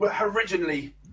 originally